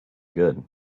good